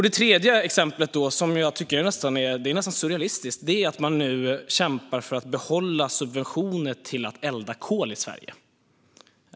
Det tredje exemplet, som jag tycker är nästan surrealistiskt, är att man nu kämpar för att behålla subventioner till att elda kol i Sverige.